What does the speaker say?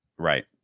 right